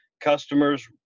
customers